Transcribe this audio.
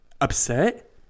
upset